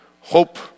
hope